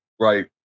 Right